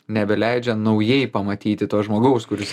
nebeleidžia naujai pamatyti to žmogaus kuris